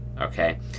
okay